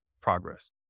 progress